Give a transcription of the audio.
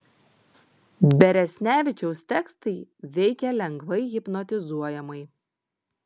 beresnevičiaus tekstai veikia lengvai hipnotizuojamai